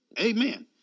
Amen